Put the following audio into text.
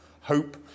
hope